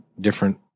different